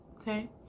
okay